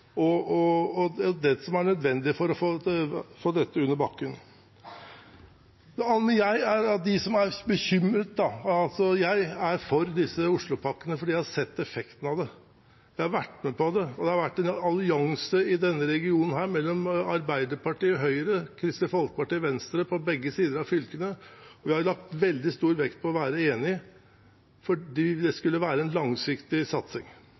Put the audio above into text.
nevnte, Operatunnelen og det som var nødvendig for å få dette under bakken. Jeg er for disse Oslopakkene fordi jeg har sett effekten av dem, jeg har vært med på det. Det har vært en allianse i denne regionen mellom Arbeiderpartiet og Høyre, Kristelig Folkeparti og Venstre på begge sider av fylkene, og vi har lagt veldig stor vekt på å være enige, for dette skulle være en langsiktig satsing.